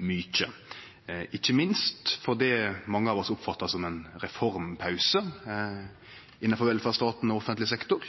mykje, ikkje minst for det mange av oss oppfatta som ein reformpause innanfor velferdsstaten og offentleg sektor,